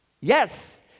Yes